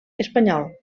espanyol